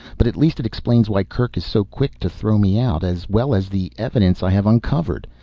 but at least it explains why kerk is so quick to throw me out as well as the evidence i have uncovered.